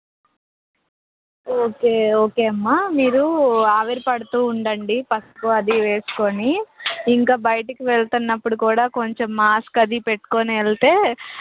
okay okay అమ్మ మీరు ఆవిరి పడుతు ఉండండి పసుపు అది వేసుకుని ఇంకా బయటికి వెళుతు ఉన్నప్పుడు కూడా కొంచెం మాస్క్ అది పెట్టుకుని వెళితే